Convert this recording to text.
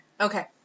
Okay